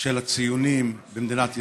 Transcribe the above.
של הציונים במדינת ישראל.